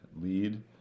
lead